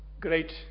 great